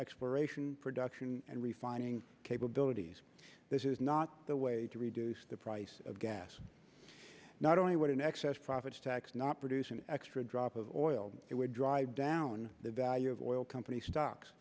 exploration production and refining capabilities this is not the way to reduce the price of gas not only would an excess profits tax not produce an extra drop of oil it would drive down the value of oil company stocks